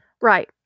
Right